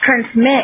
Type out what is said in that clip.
transmit